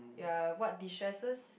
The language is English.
ya what destresses